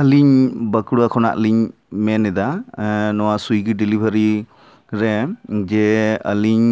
ᱟᱹᱞᱤᱧ ᱵᱟᱸᱠᱩᱲᱟ ᱠᱷᱚᱱᱟᱜ ᱞᱤᱧ ᱢᱮᱱ ᱮᱫᱟ ᱱᱚᱣᱟ ᱥᱩᱭᱜᱤ ᱰᱮᱞᱤᱵᱷᱟᱨᱤ ᱨᱮᱱ ᱡᱮ ᱟᱹᱞᱤᱧ